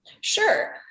Sure